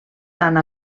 tant